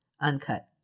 Uncut